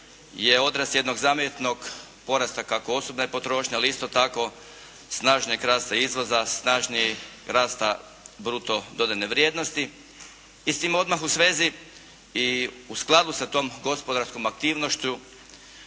je odraz jednog zamjetnog porasta kako osobne potrošnje, ali isto tako snažnih rasta izvoza, snažnijeg rasta bruto dodane vrijednosti i s tim odmah u svezi i u skladu sa tom gospodarskom aktivnošću